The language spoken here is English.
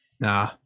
nah